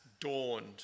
dawned